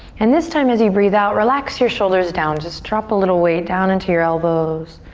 and this time as you breathe out relax your shoulders down. just drop a little weight down into your elbows.